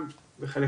לך רם.